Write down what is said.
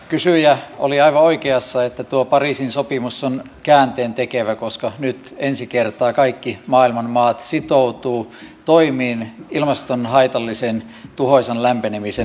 kysyjä oli aivan oikeassa että tuo pariisin sopimus on käänteentekevä koska nyt ensi kertaa kaikki maailman maat ryhtyy toimiin yksityislääkärien kela korvausten pienentämiseksi